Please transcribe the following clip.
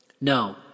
No